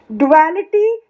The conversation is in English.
duality